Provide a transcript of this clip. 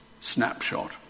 snapshot